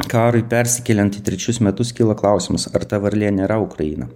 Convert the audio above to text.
karui persikeliant į trečius metus kyla klausimas ar ta varlė nėra ukraina